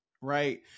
right